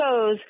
goes